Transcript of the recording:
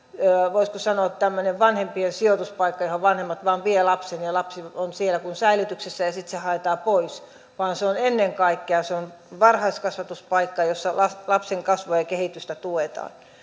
voisiko sanoa tämmöinen vanhempien sijoituspaikka johon vanhemmat vain vievät lapsen ja lapsi on siellä kuin säilytyksessä ja sitten hänet haetaan pois vaan se on ennen kaikkea varhaiskasvatuspaikka missä lapsen kasvua ja kehitystä tuetaan